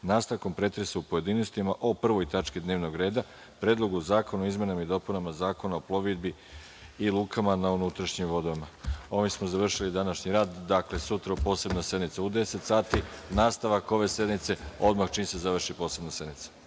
nastavkom pretresa u pojedinostima o Prvoj tački dnevnog reda, Predlogu zakona o izmenama i dopunama Zakona o plovidbi i lukama na unutrašnjim vodama. Ovim smo završili današnji rad. Dakle, sutra posebna sednica u 10.00 sati. Nastavak ove sednice odmah čim se završi posebna sednica.